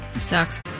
sucks